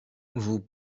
vous